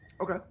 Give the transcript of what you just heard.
Okay